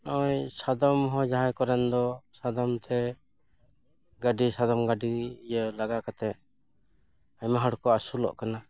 ᱱᱚᱜᱚᱭ ᱥᱟᱫᱚᱢ ᱦᱚᱸ ᱡᱟᱦᱟᱸᱭ ᱠᱚᱨᱮᱱ ᱫᱚ ᱥᱟᱫᱚᱢ ᱛᱮ ᱜᱟᱹᱰᱤ ᱥᱟᱫᱚᱢ ᱜᱟᱹᱰᱤ ᱤᱭᱟᱹ ᱞᱟᱜᱟ ᱠᱟᱛᱮᱫ ᱟᱭᱢᱟ ᱦᱚᱲ ᱠᱚ ᱟᱹᱥᱩᱞᱚᱜ ᱠᱟᱱᱟ